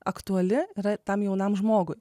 aktuali yra tam jaunam žmogui